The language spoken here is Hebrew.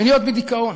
מלהיות בדיכאון,